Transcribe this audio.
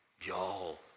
y'all